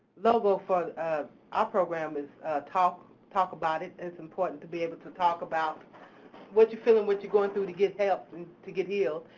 logo for our program is talk talk about it. it's important to be able to talk about what you're feeling, what you're going through, to get help and to get healed.